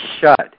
shut